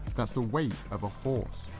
that's the weight of a horse,